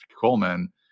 Coleman